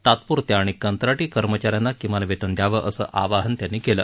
तात्प्रत्या आणि कंत्राटी कर्मचा यांना किमान वेतन द्यावं असं आवाहन त्यांनी केलं